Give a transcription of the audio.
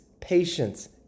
patience